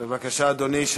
בבקשה, אדוני.